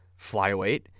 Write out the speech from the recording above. flyweight